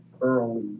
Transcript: early